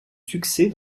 succès